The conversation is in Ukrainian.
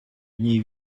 ній